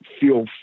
feel